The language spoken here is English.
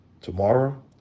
Tomorrow